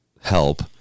help